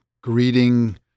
greeting